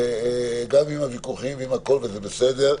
עם הוויכוחים והכול, וזה בסדר.